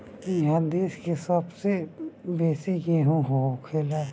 इहा देश के सबसे बेसी गेहूं होखेला